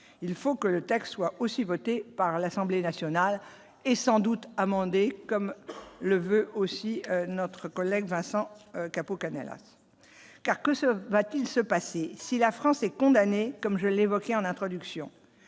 il faut que le texte soit aussi voté par l'Assemblée nationale et sans doute amendé, comme le veut aussi notre collègue Vincent Capo Canellas car que ce va-t-il se passer si la France est condamnée, comme je l'évoquais en introduction,